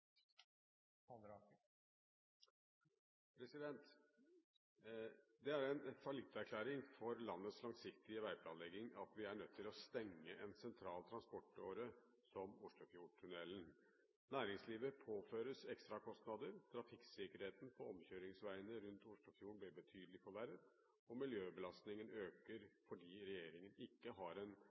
tiltak. «Det er en fallitterklæring for landets langsiktige veiplanlegging at vi er nødt til å stenge en sentral transportåre som Oslofjordtunnelen. Næringslivet påføres ekstrakostnader, trafikksikkerheten på omkjøringsveiene rundt Oslofjorden blir betydelig forverret, og miljøbelastningen øker fordi regjeringen ikke har en